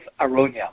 aronia